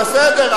בסדר.